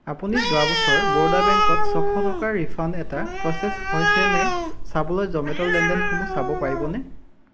আপুনি যোৱা বছৰ বৰোদা বেংকত ছয়শ টকাৰ ৰিফাণ্ড এটা প্ৰ'চেছ হৈছে নে চাবলৈ জ'মেট' লেনদেনসমূহ চাব পাৰিবনে